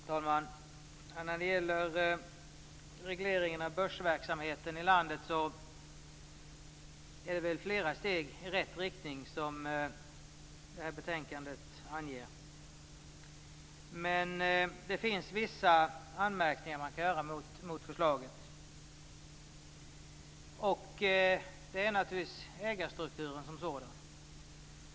Herr talman! När det gäller regleringen av börsverksamheten i landet är det väl flera steg i rätt riktning som det här betänkandet anger. Men det finns vissa anmärkningar man kan göra mot förslaget. Det är naturligtvis ägarstrukturen som sådan.